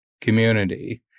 community